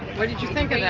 what did you think